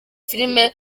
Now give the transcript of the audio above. filimi